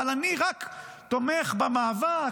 אבל אני רק תומך במאבק.